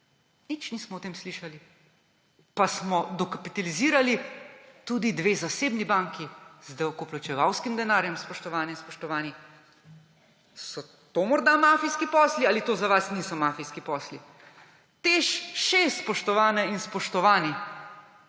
Nič nismo o tem slišali. Pa smo dokapitalizirali tudi dve zasebni banki z davkoplačevalskim denarjem, spoštovane in spoštovani. So to morda mafijski posli ali to za vas niso mafijski posli? TEŠ 6, spoštovane in spoštovani,